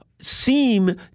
seem